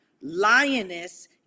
lioness